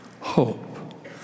hope